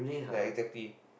ya exactly